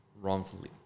wrongfully